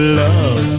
love